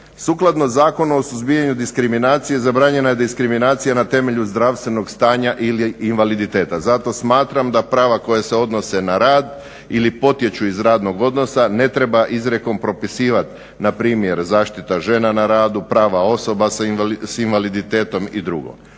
Sukladno Zakonu o suzbijanju diskriminacije zabranjena je diskriminacija na temelju zdravstvenog stanja i invaliditeta. Zato smatram da prava koja se odnose na rad ili potječu iz radnog odnosa ne treba izrijekom propisivati npr. zaštita žena na radu, prava osoba sa invaliditetom i drugo.